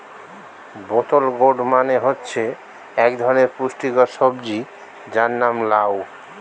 বোতল গোর্ড মানে হচ্ছে এক ধরনের পুষ্টিকর সবজি যার নাম লাউ